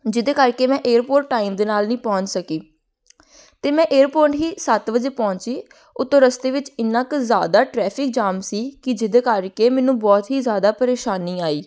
ਜਿਹਦੇ ਕਰਕੇ ਮੈਂ ਏਅਰਪੋਰਟ ਟਾਈਮ ਦੇ ਨਾਲ਼ ਨਹੀਂ ਪਹੁੰਚ ਸਕੀ ਅਤੇ ਮੈਂ ਏਅਰਪੋਰਟ ਹੀ ਸੱਤ ਵਜੇ ਪਹੁੰਚੀ ਉੱਤੋਂ ਰਸਤੇ ਵਿੱਚ ਇੰਨਾ ਕਿ ਜ਼ਿਆਦਾ ਟ੍ਰੈਫ਼ਿਕ ਜਾਮ ਸੀ ਕਿ ਜਿਹਦੇ ਕਰਕੇ ਮੈਨੂੰ ਬਹੁਤ ਹੀ ਜ਼ਿਆਦਾ ਪਰੇਸ਼ਾਨੀ ਆਈ